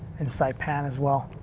and saipan as well.